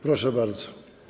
Proszę bardzo.